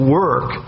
work